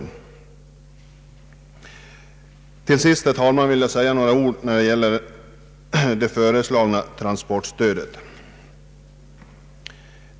Till sist vill jag, herr talman, säga några ord beträffande transportstödet.